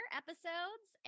episodes